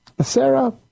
Sarah